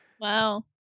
Wow